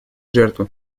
жертвы